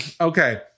Okay